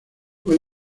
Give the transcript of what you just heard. fue